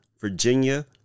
Virginia